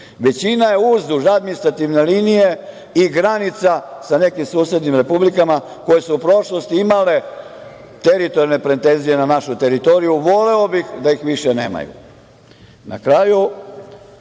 Većina je uzduž administrativne linije i granica sa nekim susednim republikama koje su u prošlosti imale teritorijalne pretenzije na našu teritoriju. Voleo bih da ih više nemaju. Na